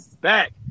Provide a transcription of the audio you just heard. back